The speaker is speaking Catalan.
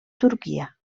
turquia